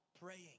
praying